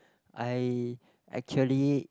I actually